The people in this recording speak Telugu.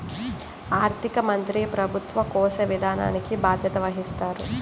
ఆర్థిక మంత్రి ప్రభుత్వ కోశ విధానానికి బాధ్యత వహిస్తారు